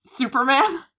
Superman